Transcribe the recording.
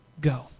go